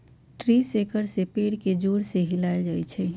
tree shaker से पेड़ के जोर से हिलाएल जाई छई